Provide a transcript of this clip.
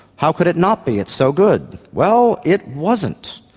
how could it not be, it's so good. well, it wasn't,